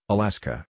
Alaska